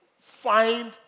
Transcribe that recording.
find